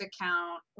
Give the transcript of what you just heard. account